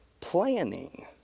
planning